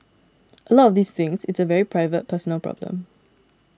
a lot of these things it's a very private personal problem